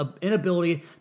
inability